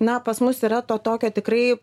na pas mus yra to tokio tikrai